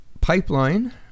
pipeline